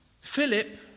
Philip